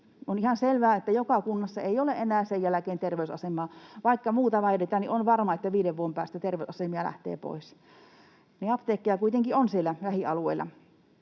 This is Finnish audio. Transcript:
ihan selvää, että joka kunnassa ei ole enää sen jälkeen terveysasemaa. Vaikka muuta väitetään, niin on varma, että viiden vuoden päästä terveysasemia lähtee pois. Apteekkeja kuitenkin on siellä lähialueilla.